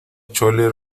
chole